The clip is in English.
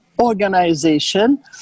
organization